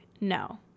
no